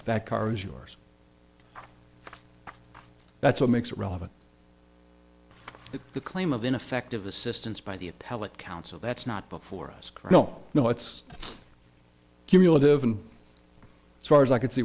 that car is yours that's what makes it relevant to the claim of ineffective assistance by the appellate counsel that's not before us no no it's cumulative and as far as i can see